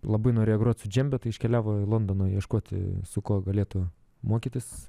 labai norėjo groti džembe tai iškeliavo į londono ieškoti su kuo galėtų mokytis